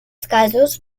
casos